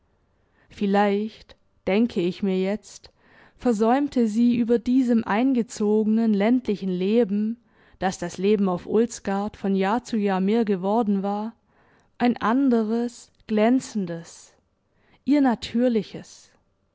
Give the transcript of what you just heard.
vielleicht denke ich mir jetzt versäumte sie über diesem eingezogenen ländlichen leben das das leben auf ulsgaard von jahr zu jahr mehr geworden war ein anderes glänzendes ihr natürliches